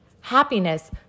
happiness